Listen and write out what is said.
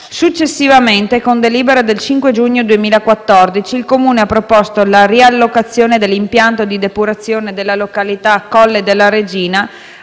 Successivamente, con delibera del 5 giugno 2014, il Comune ha proposto la riallocazione dell'impianto di depurazione dalla località Colle della Regina